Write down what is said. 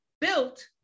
built